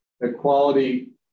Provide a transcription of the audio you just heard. equality